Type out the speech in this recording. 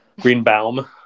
Greenbaum